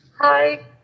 Hi